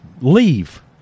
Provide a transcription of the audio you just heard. leave